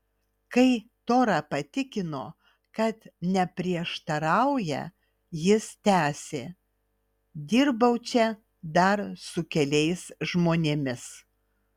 kai tora patikino kad neprieštarauja jis tęsė dirbau čia dar su keliais žmonėmis